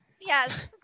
Yes